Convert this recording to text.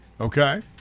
okay